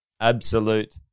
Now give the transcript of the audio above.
absolute